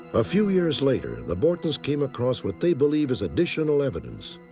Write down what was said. a few years later, the bortons came across what they believe is additional evidence.